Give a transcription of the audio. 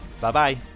Bye-bye